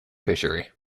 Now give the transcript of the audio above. fishery